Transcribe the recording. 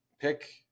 pick